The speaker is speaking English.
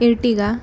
Ertiga